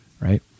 right